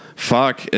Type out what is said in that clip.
Fuck